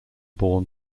born